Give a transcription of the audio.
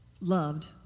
loved